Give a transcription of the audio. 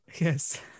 Yes